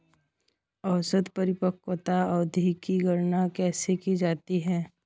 औसत परिपक्वता अवधि की गणना कैसे की जाती है?